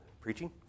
preaching